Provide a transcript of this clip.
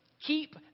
keep